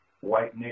white